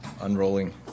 unrolling